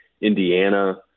Indiana